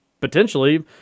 potentially –